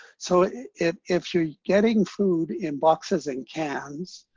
so if if you're getting food in boxes and cans,